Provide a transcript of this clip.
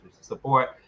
support